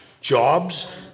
jobs